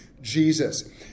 Jesus